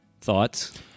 thoughts